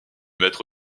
maître